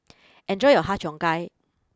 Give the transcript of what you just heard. enjoy your Har Cheong Gai